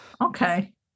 Okay